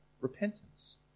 repentance